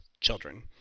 children